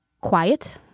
quiet